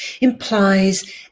implies